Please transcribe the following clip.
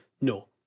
No